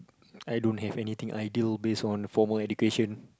I don't have anything ideal based on formal education